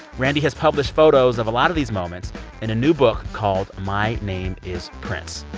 randee has published photos of a lot of these moments in a new book called my name is prince.